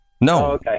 No